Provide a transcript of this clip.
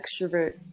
extrovert